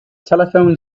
telephone